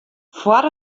foar